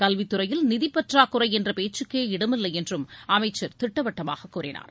கல்வித் துறையில் நிதி பற்றாக்குறை என்ற பேச்சுக்கே இடமில்லை என்றும் அமைச்சர் திட்டவட்டமாக கூறினார்